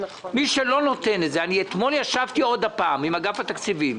מי שלא נותן את זה אתמול ישבתי עוד פעם עם אנשי אגף התקציבים.